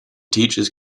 teachers